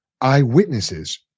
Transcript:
eyewitnesses